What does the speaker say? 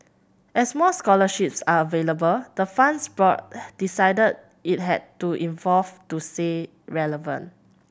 as more scholarships are available the fund's board decided it had to evolve to stay relevant